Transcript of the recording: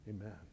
amen